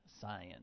science